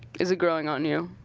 is it growing on you?